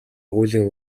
хуулийн